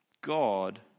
God